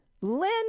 Lynn